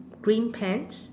green pants